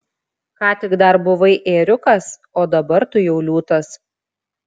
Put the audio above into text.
ką tik dar buvai ėriukas o dabar tu jau liūtas